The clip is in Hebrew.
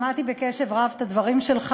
שמעתי בקשב רב את הדברים שלך,